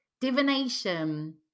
divination